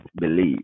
believe